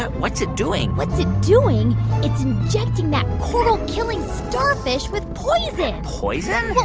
ah what's it doing? what's it doing? it's injecting that coral-killing starfish with poison poison? well,